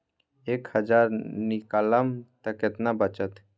एक हज़ार निकालम त कितना वचत?